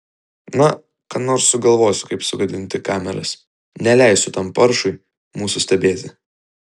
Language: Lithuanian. na ką nors sugalvosiu kaip sugadinti kameras neleisiu tam paršui mūsų stebėti